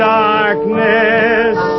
darkness